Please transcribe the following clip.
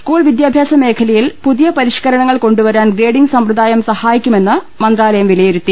സ് കുൾ വിദ്യാഭ്യാസ മേഖലയിൽ പുതിയ പരിഷ്കരണങ്ങൾ കൊണ്ടുവ രാൻ ഗ്രേഡിംഗ് സമ്പ്രദായം സഹായിക്കുമെന്ന് മന്ത്രാലയം വില യിരുത്തി